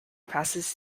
passes